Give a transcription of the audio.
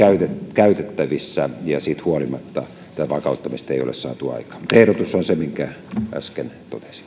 käytettävissä ja siitä huolimatta tätä vakauttamista ei ole saatu aikaan mutta ehdotus on se minkä äsken totesin